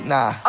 Nah